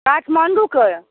काठमाण्डूके